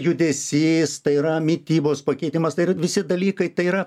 judesys tai yra mitybos pakeitimas tai yra visi dalykai tai yra